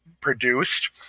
produced